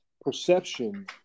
perception